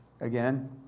again